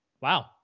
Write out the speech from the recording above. Wow